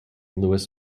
louis